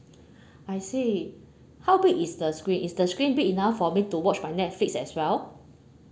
I see how big is the screen is the screen big enough for me to watch my netflix as well